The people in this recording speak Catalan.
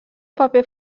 paper